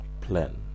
plan